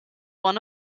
one